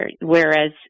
whereas